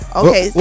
okay